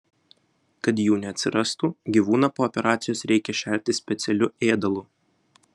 kad jų neatsirastų gyvūną po operacijos reikia šerti specialiu ėdalu